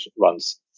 runs